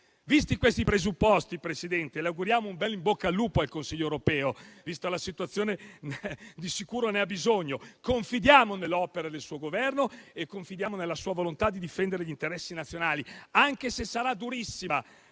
Visti questi presupposti, Presidente, le auguriamo un bel in bocca al lupo al Consiglio europeo; vista la situazione, di sicuro ne ha bisogno. Confidiamo nell'opera del suo Governo e nella sua volontà di difendere gli interessi nazionali, anche se sarà durissima,